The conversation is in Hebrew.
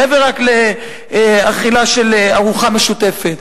מעבר לאכילה של ארוחה משותפת.